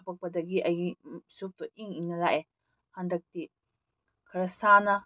ꯍꯥꯞꯄꯛꯄꯗꯒꯤ ꯑꯩꯒꯤ ꯁꯨꯞꯇꯣ ꯏꯪ ꯏꯪꯅ ꯂꯥꯛꯑꯦ ꯍꯟꯗꯛꯇꯤ ꯈꯔ ꯁꯥꯅ